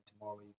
tomorrow